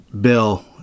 bill